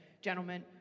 gentlemen